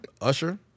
Usher